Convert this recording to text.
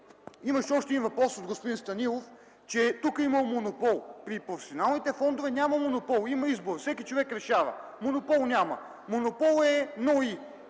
Имаше още един въпрос от господин Станилов – че тук имало монопол. При професионалните фондове няма монопол, има избор и всеки човек решава! Монопол няма. Монополът е НОИ.